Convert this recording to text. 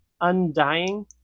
undying